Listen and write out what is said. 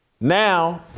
now